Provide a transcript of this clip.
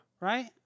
right